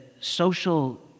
social